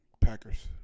Packers